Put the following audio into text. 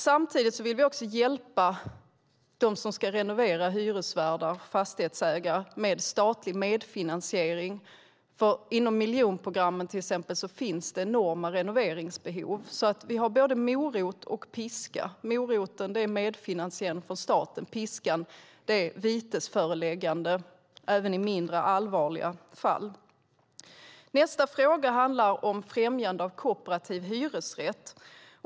Samtidigt vill vi också hjälpa de hyresvärdar och fastighetsägare som ska renovera med statlig medfinansiering. Inom till exempel miljonprogrammen finns det enorma renoveringsbehov. Vi har både morot och piska. Moroten är medfinansiering från staten. Piskan är vitesföreläggande även i mindre allvarliga fall. Nästa fråga handlar om främjande av kooperativ hyresrätt.